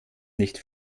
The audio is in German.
nicht